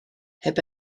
heb